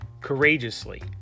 Courageously